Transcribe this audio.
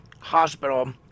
hospital